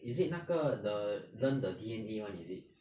is it 那个 the learn the D_N_A one is it